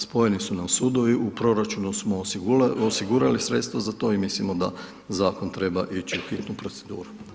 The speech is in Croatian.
Spojeni su nam sudovi, u proračunu smo osigurali sredstva za to i mislimo da zakon treba ići u hitnu proceduru.